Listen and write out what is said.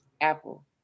apple